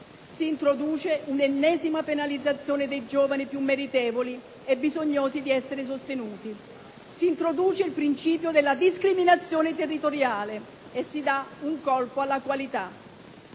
si introduce un'ennesima penalizzazione dei giovani più meritevoli e bisognosi di essere sostenuti; si introduce il principio della discriminazione territoriale e si dà un colpo alla qualità.